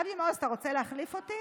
אבי מעוז, אתה רוצה להחליף אותי?